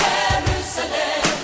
Jerusalem